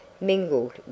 mingled